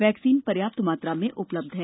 vaccine पर्याप्त मात्रा में उपलब्ध हैं